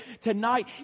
tonight